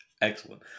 Excellent